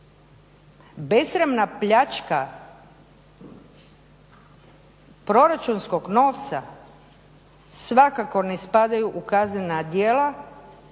besramna pljačka proračunskog novca, svakako ne spadaju u kaznena djela